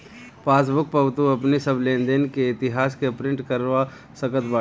passbook पअ तू अपनी सब लेनदेन के इतिहास के प्रिंट करवा सकत बाटअ